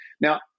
Now